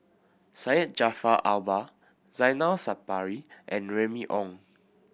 Syed Jaafar Albar Zainal Sapari and Remy Ong